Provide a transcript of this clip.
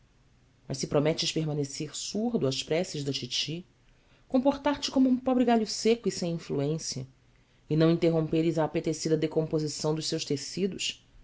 mas se prometes permanecer surdo às preces da titi comportar te como um pobre galho seco e sem influência e não interromperes a apetecida decomposição dos seus tecidos